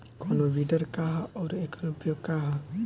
कोनो विडर का ह अउर एकर उपयोग का ह?